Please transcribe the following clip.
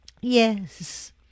Yes